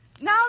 Now